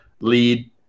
lead